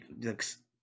looks